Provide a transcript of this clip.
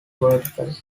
vertical